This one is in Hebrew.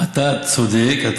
אתה צודק.